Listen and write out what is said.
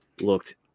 looked